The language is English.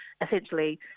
essentially